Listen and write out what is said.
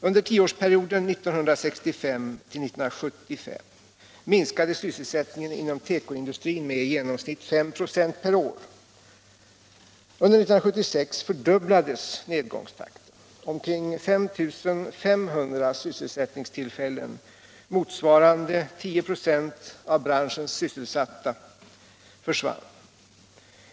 Under tioårsperioden 1965-1975 minskade sysselsättningen inom tekoindustrin med i genomsnitt 5 26 per år. Under 1976 fördubblades nedgångstakten. Omkring 5 500 sysselsättningstillfällen, motsvarande 10 926 av branschens sysselsatta, försvann.